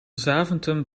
zaventem